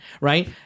right